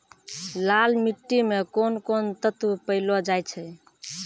लाल मिट्टी मे कोंन कोंन तत्व पैलो जाय छै?